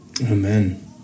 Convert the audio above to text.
Amen